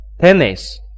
tennis